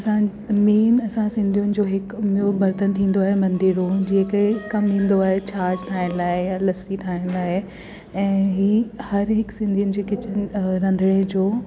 असां मेन असां सिंधीयुनि जो हिकु ॿियो बर्तन थींदो आहे मंदिरो जेके कमु आहे छाछ ठाहिण लाइ या लस्सी ठाइण लाइ ऐं इहा हर हिकु सिंधीयुनि जे किचन रंधिणे जो